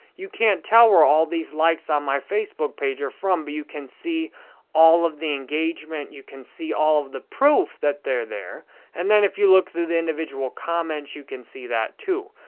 you can't tell where all these like so on my facebook page are from, but you can see all of the engagement, you can see all of the proof that they're there and then, if you look through the individual comments, you can see that, too.